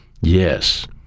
Yes